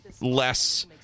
less